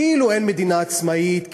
כאילו אין מדינה עצמאית,